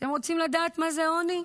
אתם רוצים לדעת מה זה עוני?